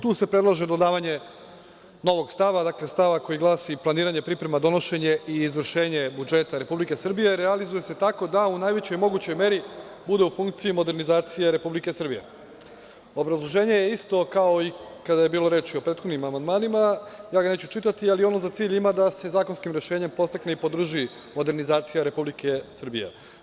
Tu se predlaže dodavanje novog stava, stava koji glasi: „Planiranje, priprema, donošenje i izvršenje budžeta Republike Srbije realizuje se tako da u najvećoj mogućoj meri bude u funkciji modernizacije Republike Srbije.“ Obrazloženje je isto kao i kada je bilo reč o prethodnim amandmanima i ja ga neću čitati, ali ono za cilj ima da se zakonskim rešenjem podstakne i podrži modernizacije Republike Srbije